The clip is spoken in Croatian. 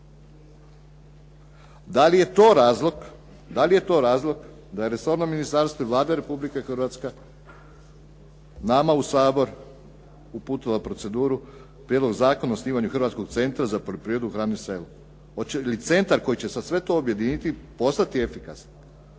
Da li je to razlog da je resorno ministarstvo i Vlada Republike Hrvatske nama u Sabor uputila proceduru Prijedlog zakona o osnivanju Hrvatskog centra za poljoprivredu, hranu i selo. Hoće li centar koji će sad sve to objediniti postati efikasan?